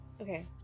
Okay